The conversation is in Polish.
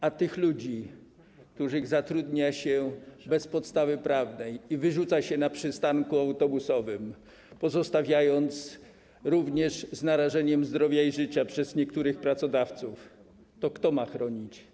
A tych ludzi, którzy zatrudniani są bez podstawy prawnej i wyrzucani na przystanku autobusowym, pozostawiani również z narażeniem zdrowia i życia przez niektórych pracodawców, to kto ma chronić?